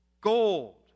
gold